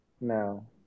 No